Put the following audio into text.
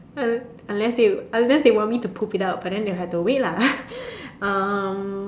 unless they unless they want me to poop it out but then they will have to wait lah